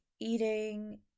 eating